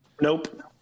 Nope